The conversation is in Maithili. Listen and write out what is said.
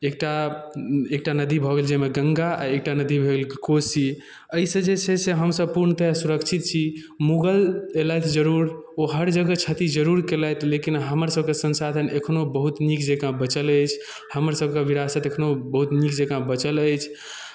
एकटा एकटा नदी भऽ गेल जाहिमे गङ्गा एकटा नदी भऽ गेल कोशी एहिसँ जे छै से हमसभ पूर्णतः सुरक्षित छी मुगल एलथि जरूर ओ हर जगह क्षति जरूर केलथि लेकिन हमरसभके संसाधन एखनो बहुत नीक जँका बचल अछि हमरसभके विरासत एखनो बहुत नीक जँका बचल अछि